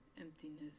emptiness